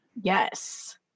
yes